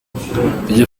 phil